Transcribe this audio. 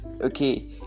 Okay